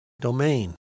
domain